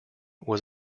was